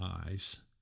eyes